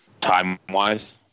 time-wise